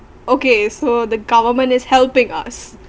okay so the government is helping us